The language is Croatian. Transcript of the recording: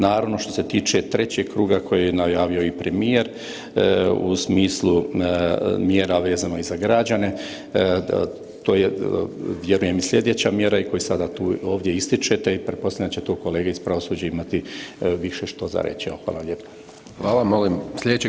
Naravno što se tiče trećeg kruga koji je najavio i premijer u smislu mjera vezano i za građane, to je vjerujem sljedeća mjera i koju sada ovdje ističete i pretpostavljam da će to kolege iz pravosuđa imati više što za reći.